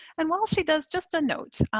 and while she does, just a note.